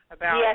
Yes